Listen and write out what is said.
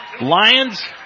Lions